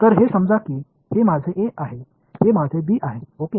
तर हे समजा हे माझे a आहे हे माझे b आहे ओके